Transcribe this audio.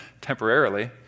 temporarily